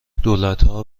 دولتها